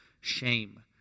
shame